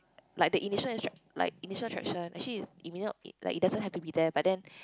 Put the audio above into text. like the initial instruc~ like initial attraction actually it may not like it doesn't have to be there but then